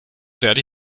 werde